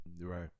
right